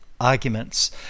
arguments